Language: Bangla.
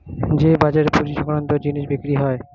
যে বাজারে পুঁজি সংক্রান্ত জিনিস বিক্রি হয়